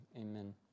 amen